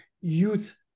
youth